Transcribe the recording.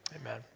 amen